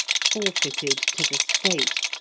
forfeited to the state,